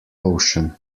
ocean